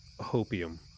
hopium